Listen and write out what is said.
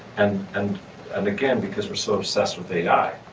and and and again because we're so obsessed with ai,